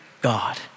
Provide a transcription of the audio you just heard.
God